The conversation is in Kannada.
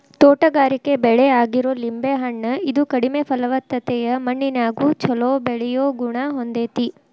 ತೋಟಗಾರಿಕೆ ಬೆಳೆ ಆಗಿರೋ ಲಿಂಬೆ ಹಣ್ಣ, ಇದು ಕಡಿಮೆ ಫಲವತ್ತತೆಯ ಮಣ್ಣಿನ್ಯಾಗು ಚೊಲೋ ಬೆಳಿಯೋ ಗುಣ ಹೊಂದೇತಿ